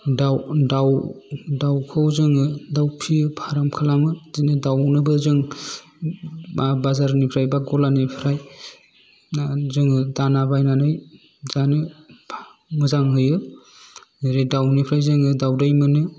दावखौ जोङो फियो फाराम खालामो बेदिनो दावनोबो जों बाजारनिफ्राय बा गलानिफ्राय जोङो दाना बायनानै जानो मोजां होयो ओरै दावनिफ्राय जोङो दावदै मोनो